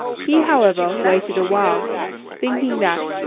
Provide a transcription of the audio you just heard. he, however, waited awhile thinking that,